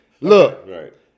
Look